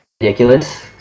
Ridiculous